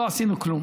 לא עשינו כלום.